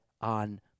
on